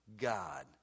God